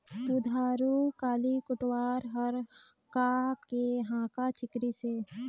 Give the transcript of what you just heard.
बुधारू काली कोटवार हर का के हाँका चिकरिस हे?